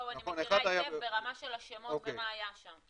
אני מכירה היטב, ברמה של השמות ומה היה שם.